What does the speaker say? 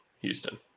Houston